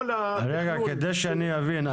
כדי שאני אבין,